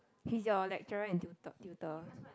he's your lecturer and tutor tutor